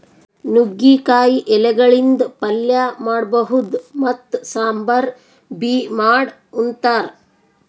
ನುಗ್ಗಿಕಾಯಿ ಎಲಿಗಳಿಂದ್ ಪಲ್ಯ ಮಾಡಬಹುದ್ ಮತ್ತ್ ಸಾಂಬಾರ್ ಬಿ ಮಾಡ್ ಉಂತಾರ್